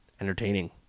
entertaining